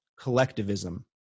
collectivism